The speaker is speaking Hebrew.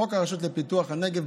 חוק הרשות לפיתוח הנגב,